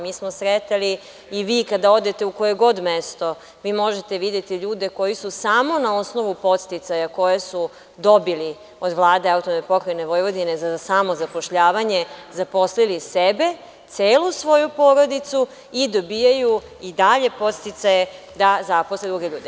Mi smo sretali, i vi kada odete u koje god mesto, možete videti ljude koji su samo na osnovu podsticaja koji su dobili od Vlade AP Vojvodine za samozapošljavanje zaposlili sebe, celu svoju porodicu i dobijaju podsticaje da zapošljavaju druge ljude.